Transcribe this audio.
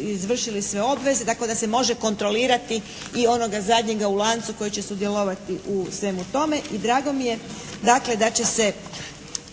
izvršili sve obveze tako da se može kontrolirati i onoga zadnjega u lancu koji će sudjelovati u svemu tome. I drago mi je dakle da